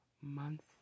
months